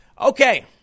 Okay